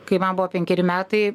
kai man buvo penkeri metai